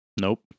Nope